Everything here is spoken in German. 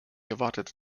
erwartet